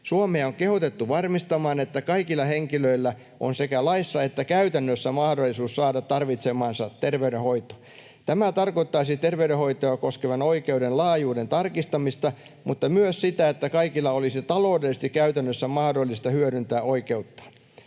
Suomea on kehotettu varmistamaan, että kaikilla henkilöillä on sekä laissa että käytännössä mahdollisuus saada tarvitsemaansa terveydenhoitoa. Tämä tarkoittaisi terveydenhoitoa koskevan oikeuden laajuuden tarkistamista, mutta myös sitä, että kaikkien olisi taloudellisesti käytännössä mahdollista hyödyntää oikeuttaan.